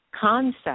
concept